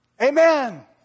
Amen